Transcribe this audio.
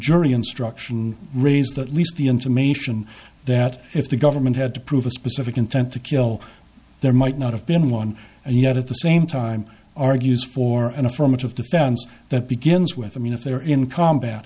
jury instruction raised at least the intimation that if the government had to prove a specific intent to kill there might not have been one and yet at the same time argues for an affirmative defense that begins with i mean if they're in combat